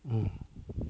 hmm